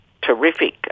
terrific